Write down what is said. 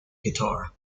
guitar